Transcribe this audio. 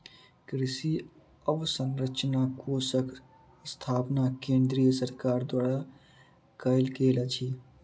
कृषि अवसंरचना कोषक स्थापना केंद्रीय सरकार द्वारा कयल गेल अछि